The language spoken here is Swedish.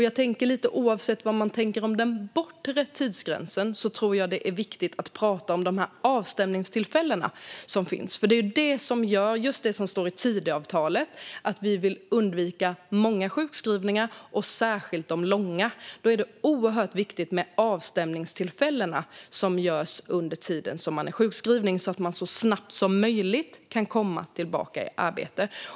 Jag tänker att lite oavsett vad man tänker om den bortre tidsgränsen är det viktigt att prata om de här avstämningstillfällena. Det är det som gör just det som står i Tidöavtalet - att vi vill undvika många sjukskrivningar och särskilt de långa. Då är det oerhört viktigt med avstämningstillfällen under tiden som man är sjukskriven så att man så snabbt som möjligt kan komma tillbaka i arbete.